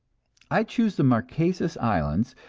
i choose the marquesas islands,